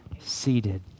seated